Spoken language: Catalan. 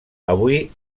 avui